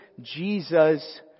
Jesus